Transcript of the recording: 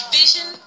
vision